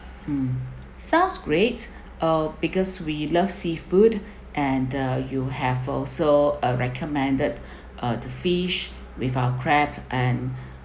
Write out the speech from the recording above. mm sounds great uh because we love seafood and the you have also uh recommended uh the fish with our crabs and